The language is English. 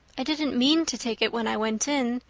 i didn't mean to take it when i went in.